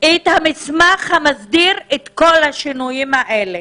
את המסמך שמסדיר את כל השינויים האלה.